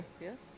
Yes